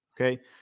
Okay